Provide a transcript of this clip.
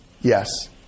Yes